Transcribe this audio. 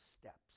steps